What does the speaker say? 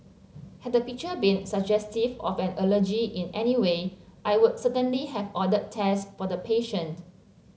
had the picture been suggestive of an allergy in any way I would certainly have ordered tests for the patient